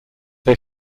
they